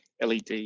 led